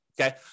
okay